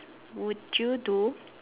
would you do